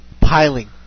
piling